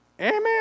Amen